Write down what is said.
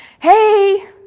hey